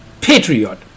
patriot